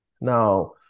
Now